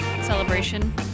celebration